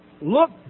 look